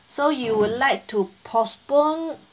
so you would like to postpone